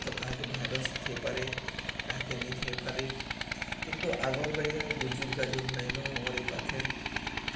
ତ କାହାକ ଭାଇରସ୍ ଥେଇପାରେ କାହାକେ ନେଇଥେଇପାରେ କିନ୍ତୁ ଆଗର୍ ବାଇକା ଆଉ ଗୁଜୁର୍ଗାଜୁର ନାଇଁନ ଆମର ଏଇ ପାଖେ